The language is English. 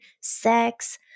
sex